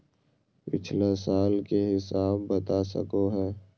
पिछला साल के हिसाब बता सको हो?